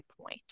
point